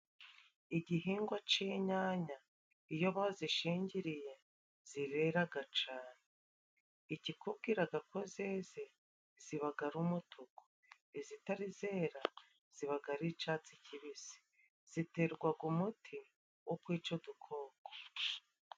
Igihingwa c'inyanya iyo bazishingiriye zireraga cane . Ikikubwira ga ko zeze zibaga ari umutuku, izitarera zibaga ari icyatsi kibisi ziterwaga umuti wo kwica udukoko.